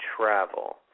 travel